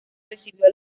recibió